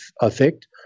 effect